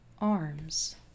arms